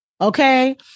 Okay